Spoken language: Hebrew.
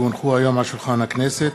כי הונחו היום על שולחן הכנסת,